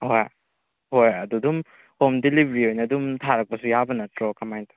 ꯑꯍꯣꯏ ꯍꯣꯏ ꯑꯗꯨꯗꯨꯝ ꯍꯣꯝ ꯗꯦꯂꯤꯚꯔꯤ ꯑꯣꯏꯅ ꯑꯗꯨꯝ ꯊꯥꯔꯛꯄꯁꯨ ꯌꯥꯕ ꯅꯠꯇ꯭ꯔꯣ ꯀꯃꯥꯏꯅ ꯇꯧ